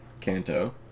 Kanto